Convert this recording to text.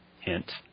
Hint